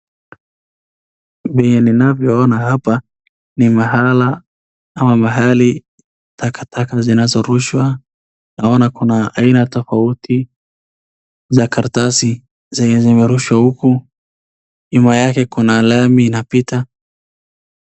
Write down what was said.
Vile ninavyo ona hapa ni mahala ama mahali takataka zinazorushwa. Naona kuna aina tofauti za karatasi zenye zimerushwa huku. Nyuma yake kuna lami inapita.